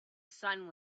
sun